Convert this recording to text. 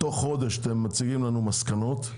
תוך חודש תציגו לנו מסקנות.